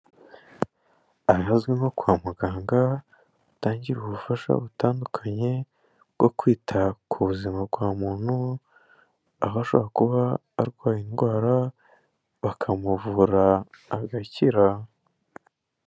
Ahazwi nko kwa muganga batangira ubufasha butandukanye, bwo kwita ku buzima bwa muntu aho ashobora kuba arwaye indwara, bakamuvura agakira.